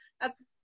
that's-